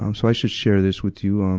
um so i should share this with you. um